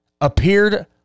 appeared